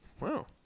wow